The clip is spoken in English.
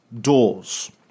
doors